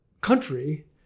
country